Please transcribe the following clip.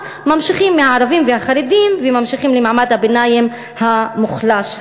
ממשיכים מהערבים והחרדים למעמד הביניים המוחלש,